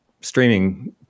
streaming